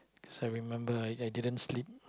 cause I remember I i didn't sleep